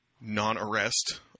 non-arrest